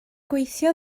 gweithio